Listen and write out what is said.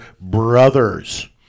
brothers